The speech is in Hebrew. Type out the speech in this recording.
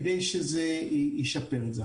כדי שזה ישפר את זה.